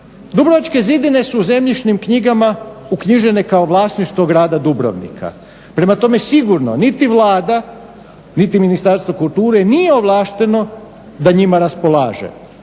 Dubrovačke zidine su u zemljišnim knjigama uknjižene kao vlasništvo grada Dubrovnika. Prema tome, sigurno niti Vlada niti Ministarstvo kulture nije ovlašteno da njima raspolaže